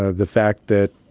ah the fact that,